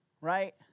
right